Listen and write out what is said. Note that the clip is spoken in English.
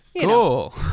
cool